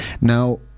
Now